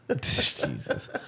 Jesus